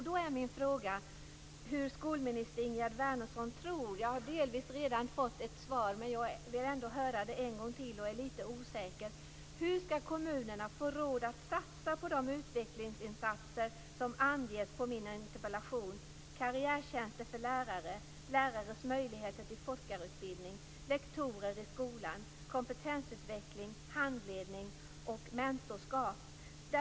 Wärnersson - jag har delvis redan fått ett svar men jag vill ändå höra det en gång till och är litet osäker. Det gäller karriärtjänster för lärare, lärares möjligheter till forskarutbildning, lektorer i skolan, kompetensutveckling, handledning och mentorskap.